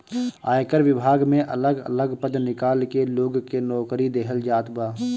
आयकर विभाग में अलग अलग पद निकाल के लोग के नोकरी देहल जात बा